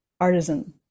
artisan